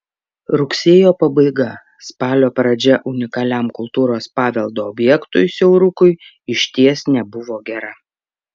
rugsėjo pabaiga spalio pradžia unikaliam kultūros paveldo objektui siaurukui išties nebuvo gera